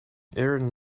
aerial